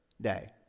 day